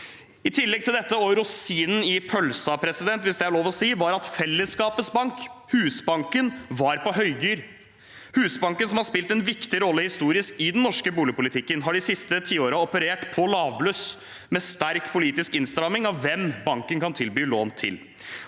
I tillegg til dette – og rosinen i pølsa, hvis det er lov å si – var felleskapets bank, Husbanken, på høygir. Husbanken, som har spilt en viktig rolle historisk i den norske boligpolitikken, har de siste tiårene operert på lavbluss, med sterk politisk innramming av hvem banken kan tilby lån til.